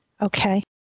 Okay